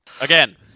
again